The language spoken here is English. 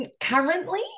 Currently